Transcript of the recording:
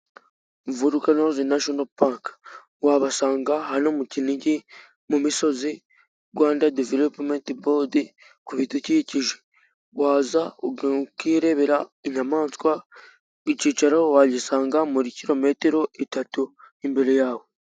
Vorukanozi natinoro pake, wabasanga hano mu kinigi mu misozi, Rwanda developomenti bodi ku bidukikije, waza ukirebera inyamanswa, ikicaro wagisanga muri kilometero eshatu, imbere yawe.